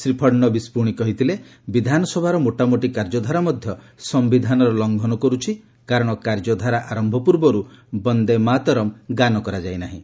ଶ୍ରୀ ଫଡ଼ନବିସ୍ ପୁଣି କହିଥିଲେ ବିଧାନସଭାର ମୋଟାମୋଟି କାର୍ଯ୍ୟଧାରା ମଧ୍ୟ ସମ୍ଭିଧାନର ଲଙ୍ଘନ କରୁଛି କାରଣ କାର୍ଯ୍ୟଧାରା ଆରମ୍ଭ ପୂର୍ବରୁ ବନ୍ଦେ ମା ତରମ୍ ଗାନ କରାଯାଇ ନାହିଁ